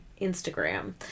Instagram